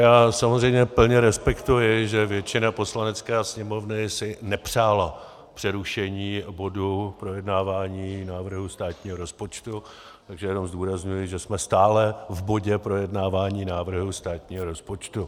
Já samozřejmě plně respektuji, že většina Poslanecké sněmovny si nepřála přerušení bodu projednávání návrhu státního rozpočtu, takže jenom zdůrazňuji, že jsme stále v bodě projednávání návrhu státního rozpočtu.